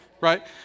right